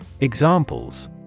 Examples